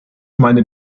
meine